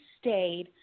stayed